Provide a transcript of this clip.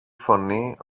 φωνή